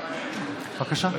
בבקשה.